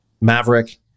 Maverick